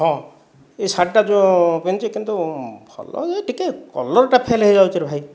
ହଁ ଏହି ଶାର୍ଟଟା ଯେଉଁ ପିନ୍ଧିଛି କିନ୍ତୁ ଭଲ ଯେ ଟିକେ କଲର୍ଟା ଫେଲ୍ ହୋଇଯାଉଛି ରେ ଭାଇ